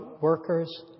workers